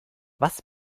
was